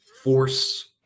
force